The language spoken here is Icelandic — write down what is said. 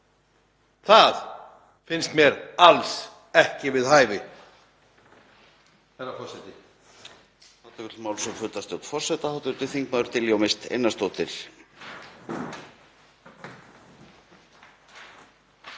Það finnst mér alls ekki við hæfi,